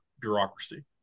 bureaucracy